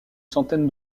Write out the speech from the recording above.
centaine